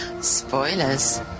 Spoilers